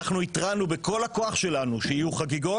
אנחנו התרענו בכל הכוח שלנו שיהיו חגיגות,